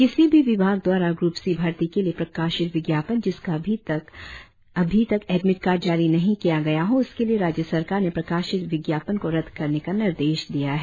किसी भी विभाग द्वारा ग्रप सी भर्ती के लिए प्रकाशित विज्ञापन जिसका अभी एक एडमिट कार्ड जारी नही किया गया है उसके लिए राज्य सरकार ने प्रकाशित विज्ञापन को रद्द करने का निर्देश दिया है